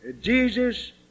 Jesus